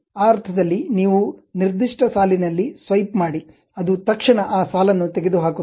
ಆ ಅರ್ಥದಲ್ಲಿ ನೀವು ನಿರ್ದಿಷ್ಟ ಸಾಲಿನಲ್ಲಿ ಸ್ವೈಪ್ ಮಾಡಿ ಅದು ತಕ್ಷಣ ಆ ಸಾಲನ್ನು ತೆಗೆದುಹಾಕುತ್ತದೆ